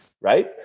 right